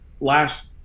last